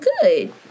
good